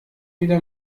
wieder